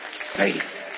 Faith